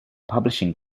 publishing